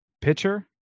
pitcher